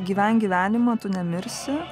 gyvenk gyvenimą tu nemirsi